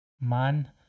man